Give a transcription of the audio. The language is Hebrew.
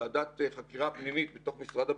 ועדת חקירה פנימית בתוך משרד הביטחון,